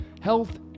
Health